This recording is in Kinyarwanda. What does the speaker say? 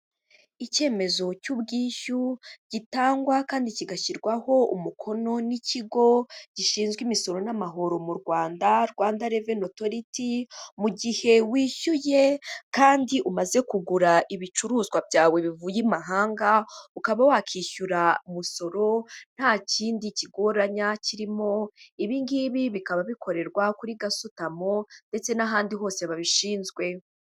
Icyemezo cy'ubwishyu gitangwa kandi kigashyirwaho umukono n'ikigo gishinzwe imisoro n'amahoro mu Rwanda, Rwanda Revenue Authority mu gihe wishyuye kandi umaze kugura ibicuruzwa byawe bivuye imahanga, Ukaba wakwishyura umusoro nta kindi kigoranya kirimo. Ibi ngibi bikaba bikorerwa kuri Gasutamo ndetse n'ahandi hose babishinzwe.